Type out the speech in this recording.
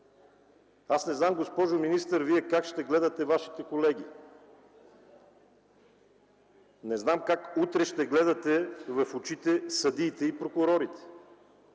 Аз не знам, госпожо министър, Вие как ще гледате Вашите колеги?! Не знам как утре ще гледате в очите съдиите и прокурорите.